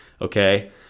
Okay